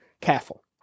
careful